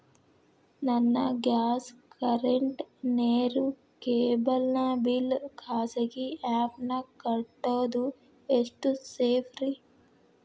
ನನ್ನ gas current, ನೇರು, cable ನ ಬಿಲ್ ಖಾಸಗಿ ಆ್ಯಪ್ ನ್ಯಾಗ್ ಕಟ್ಟೋದು ಎಷ್ಟು ಸೇಫ್ರಿ?